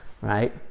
right